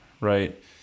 right